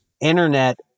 internet